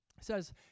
says